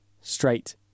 straight